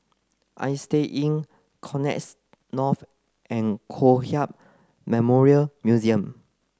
Istay Inn Connexis North and Kong Hiap Memorial Museum